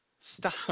Stop